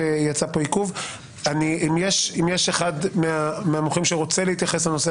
אם יש אחד מהמומחים שרוצה להתייחס לנושא